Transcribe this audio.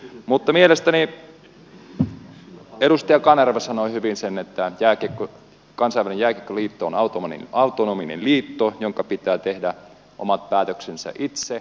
mutta mielestäni edustaja kanerva sanoi hyvin että kansainvälinen jääkiekkoliitto on autonominen liitto jonka pitää tehdä omat päätöksensä itse